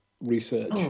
research